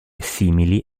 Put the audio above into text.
simili